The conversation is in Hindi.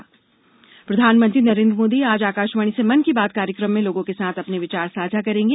मन की बात प्रधानमंत्री नरेंद्र मोदी आज आकाशवाणी से मन की बात कार्यक्रम में लोगों के साथ अपने विचार साझा करेंगे